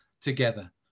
together